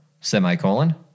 Semicolon